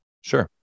Sure